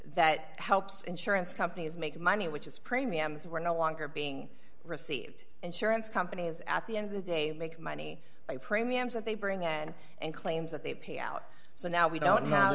that helps insurance companies make money which is premiums were no longer being received insurance companies at the end of the day make money by premiums that they bring in and claims that they pay out so now we don't now